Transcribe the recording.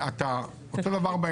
אותו דבר באנרגיה.